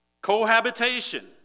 Cohabitation